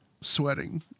sweating